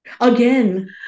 again